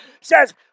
says